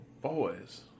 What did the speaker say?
boys